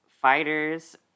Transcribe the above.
fighters